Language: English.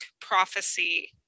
prophecy